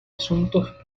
asuntos